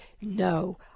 no